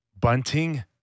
bunting